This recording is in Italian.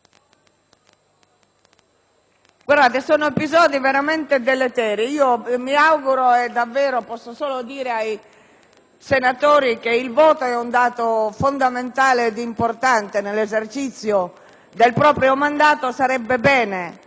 Sono episodi veramente deleteri. Mi auguro che ciò non si ripeta, ma posso solo ricordare ai senatori che il voto è un diritto fondamentale e importante nell'esercizio del proprio mandato e sarebbe bene usarlo correttamente.